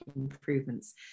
improvements